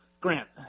Grant